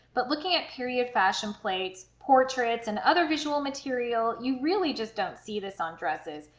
but looking at period fashion plates portraits and other visual material you really just don't see this on dresses,